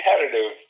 competitive